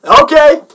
Okay